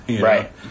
Right